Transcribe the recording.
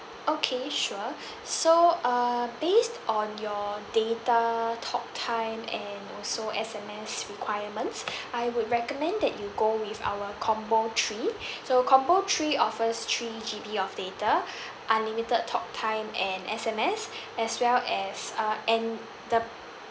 okay sure so uh based on your data talk time and also S_M_S requirements I would recommend that you go with our combo three so combo three offers three G_B of data unlimited talk time and S_M_S as well as uh and the